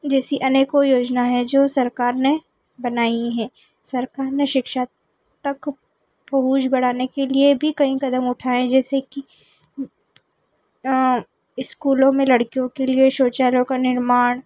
जैसी अनेकों योजना हैं जो सरकार ने बनाई है सरकार ने शिक्षा तक पहुंच बढ़ाने के लिए भी कई क़दम उठाएं हैं जैसे की स्कूलों में लड़कियों के लिए शौचालय का निर्माण